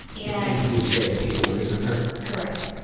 and who's they the people living with her? correct.